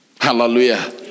Hallelujah